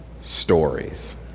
stories